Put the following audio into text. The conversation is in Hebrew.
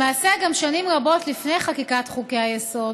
למעשה גם שנים רבות לפני חקיקת חוקי-היסוד,